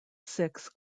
six